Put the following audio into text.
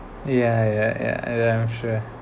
yeah yeah yeah yeah I'm sure